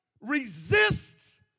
resists